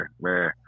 Man